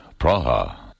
Praha